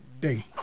day